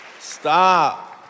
Stop